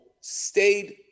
stayed